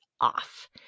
off